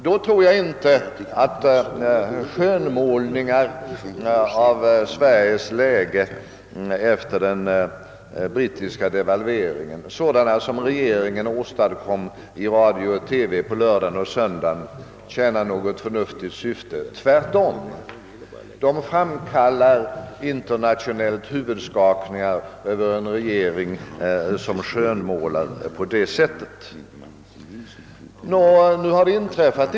Därför tror jag inte att skönmålningar av Sveriges läge efter den brittiska devalveringen sådana som regeringen åstadkom i radio och TV på lördagen och söndagen tjänar något förnuftigt syfte. Tvärtom, det framkallar internationellt huvudskakningar över en finansledning som skönmålar på det sättet.